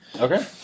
okay